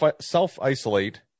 self-isolate